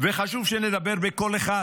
וחשוב שנדבר בקול אחד,